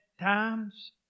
times